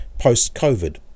post-COVID